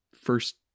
first